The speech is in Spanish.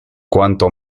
cuanto